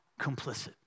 complicit